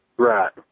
Right